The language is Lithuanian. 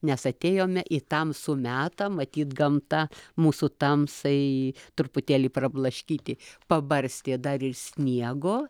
nes atėjome į tamsų metą matyt gamta mūsų tamsai truputėlį prablaškyti pabarstė dar ir sniego